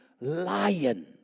lion